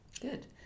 Good